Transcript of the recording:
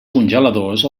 congeladors